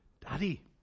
Daddy